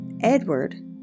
Edward